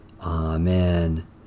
Amen